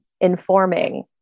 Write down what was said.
informing